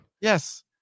Yes